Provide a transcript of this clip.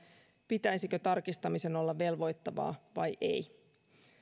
pitäisikö tarkistamisen olla velvoittavaa vai ei